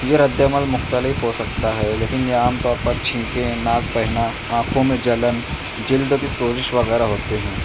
یہ رد عمل مختلف ہو سکتا ہے لیکن یہ عام طور پر چھینکیں ناک بہنا آنکھوں میں جلن جلد کی سوزش وغیرہ ہوتے ہیں